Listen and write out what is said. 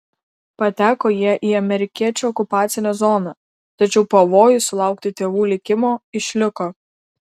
pateko jie į amerikiečių okupacinę zoną tačiau pavojus sulaukti tėvų likimo išliko